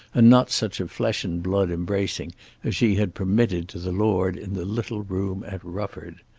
and not such a flesh and blood embracing as she had permitted to the lord in the little room at rufford.